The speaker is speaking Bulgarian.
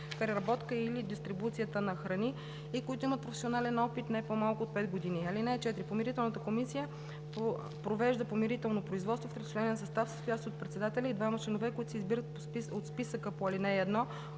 преработка и/или дистрибуция на храни, и които имат професионален опит не по-малко от 5 години. (4) Помирителната комисия провежда помирително производство в тричленен състав, състоящ се от председателя и двама членове, които се избират от списъка по ал. 1